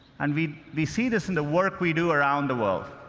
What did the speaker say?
and we we see this in the work we do around the world.